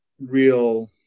real